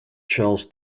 charles